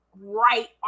right